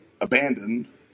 abandoned